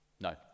No